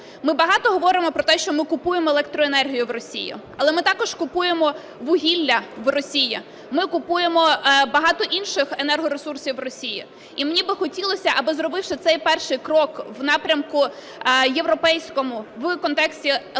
Ми багато говоримо про те, що ми купуємо електроенергію в Росії. Але ми також купуємо вугілля в Росії, ми купуємо багато інших енергоресурсів в Росії. І мені би хотілося, аби зробивши цей перший крок в напрямку європейському, в контексті електричної енергії